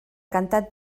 cantant